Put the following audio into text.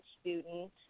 student